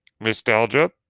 nostalgia